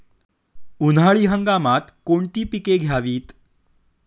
उन्हाळी हंगामात कोणती पिके घ्यावीत?